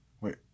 Wait